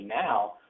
now